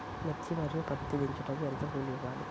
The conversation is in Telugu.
మిర్చి మరియు పత్తి దించుటకు ఎంత కూలి ఇవ్వాలి?